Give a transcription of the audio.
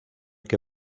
que